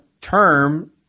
term